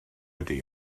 ydy